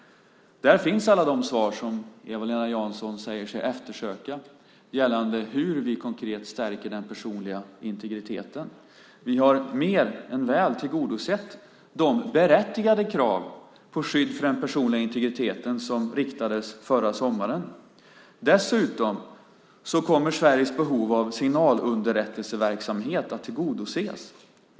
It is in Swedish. Där finns alla de svar som Eva-Lena Jansson säger sig eftersöka gällande hur vi konkret stärker den personliga integriteten. Vi har mer än väl tillgodosett de berättigade krav på skydd för den personliga integriteten som riktades förra sommaren. Dessutom kommer Sveriges behov av signalunderrättelseverksamhet att tillgodoses.